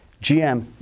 GM